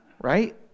right